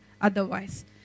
otherwise